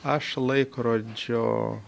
aš laikrodžio